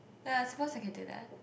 yea I suppose to get it lah